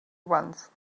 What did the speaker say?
once